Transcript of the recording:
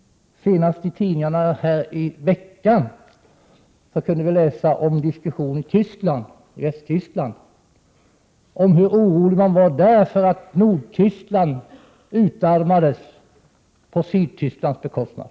Senast under denna vecka kunde vi i tidningarna läsa om hur orolig man var i Västtyskland över att Nordtyskland utarmades på Sydtysklands bekostnad.